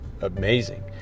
amazing